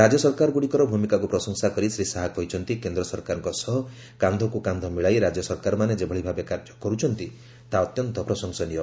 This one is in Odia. ରାଜ୍ୟ ସରକାରଗୁଡିକର ଭୂମିକାକୁ ପ୍ରଶଂସା କରି ଶ୍ରୀ ଶାହା କହିଛନ୍ତି କେନ୍ଦ୍ର ସରକାରଙ୍କ ସହ କାନ୍ଧକୁ କାନ୍ଧ ମିଳାଇ ରାଜ୍ୟ ସରକାରମାନେ ଯେଭଳି ଭାବେ କାର୍ଯ୍ୟ କରୁଛନ୍ତି ତାହା ଅତ୍ୟନ୍ତ ପ୍ରଶଂସନୀୟ